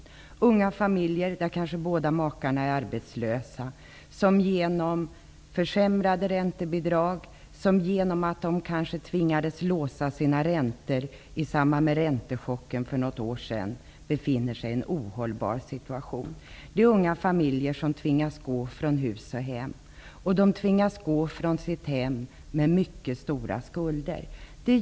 Det kan handla om unga familjer där kanske båda makarna är arbetslösa, och som genom försämrade räntebidrag och genom att de kanske tvingades låsa sina räntor i samband med räntechocken för något år sedan befinner sig i en ohållbar situation. Det är unga familjer som tvingas gå från hus och hem. De tvingas gå från sitt hem med mycket stora skulder.